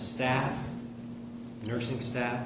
staff nursing staff